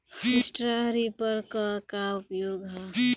Straw reaper क का उपयोग ह?